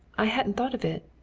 i hadn't thought of it.